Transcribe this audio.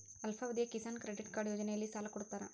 ಅಲ್ಪಾವಧಿಯ Kisan credit card ಯೋಜನೆಯಲ್ಲಿಸಾಲ ಕೊಡತಾರ